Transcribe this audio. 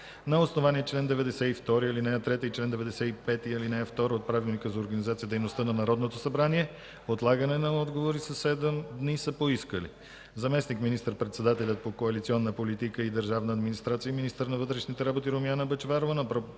На основание чл. 92, ал. 3 и чл. 95, ал. 2 от Правилника за организацията и дейността на Народното събрание отлагане на отговори със седем дни са поискали: - заместник министър-председателят по коалиционна политика и държавна администрация и министър на вътрешните работи Румяна Бъчварова